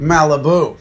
Malibu